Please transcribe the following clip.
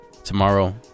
tomorrow